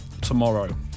tomorrow